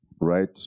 right